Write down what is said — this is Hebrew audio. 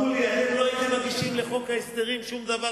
אלה סעיפים מאוד חשובים, אדוני היושב-ראש.